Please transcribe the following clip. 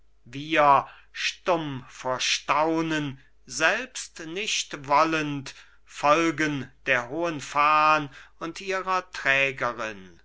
wir stumm vor staunen selbst nicht wollend folgen der hohen fahn und ihrer trägerin